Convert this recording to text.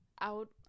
out